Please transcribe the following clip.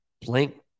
blank